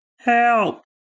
Help